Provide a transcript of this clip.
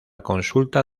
consulta